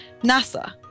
NASA